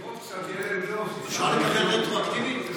אפשר לקבל רטרואקטיבית?